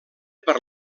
per